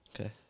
Okay